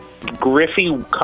Griffey